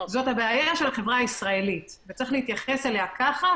זו בעיה של החברה הישראלית וצריך להתייחס אליה כך.